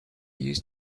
used